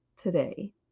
today